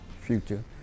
future